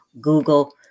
Google